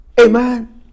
Amen